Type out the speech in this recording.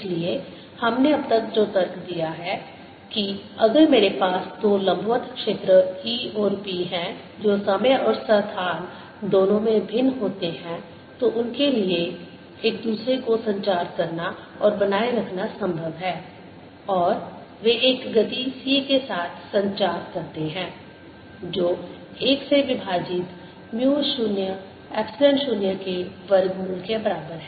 इसलिए हमने अब तक जो तर्क दिया है कि अगर मेरे पास दो लंबवत क्षेत्र E और B हैं जो समय और स्थान दोनों में भिन्न होते हैं तो उनके लिए एक दूसरे को संचार करना और बनाए रखना संभव है और वे एक गति c के साथ संचार करते हैं जो 1 से विभाजित म्यू 0 एप्सिलॉन 0 के वर्गमूल के बराबर है